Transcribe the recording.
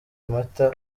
amata